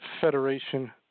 federation